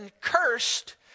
cursed